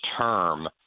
term